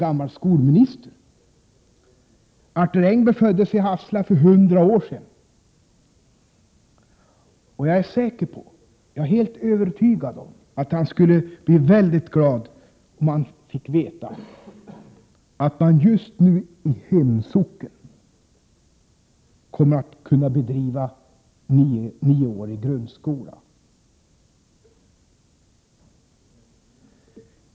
Arthur Engberg föddes i Hassela för 100 år sedan, och jag är säker på, ja, helt övertygad om, att han skulle bli väldigt glad om han fick veta att man just nu i hans hemsocken kommer att kunna bedriva nioårig grundskola.